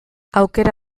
aukera